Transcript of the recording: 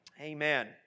Amen